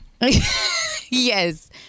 Yes